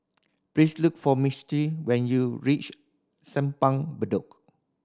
please look for Misti when you reach Simpang Bedok